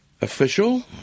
official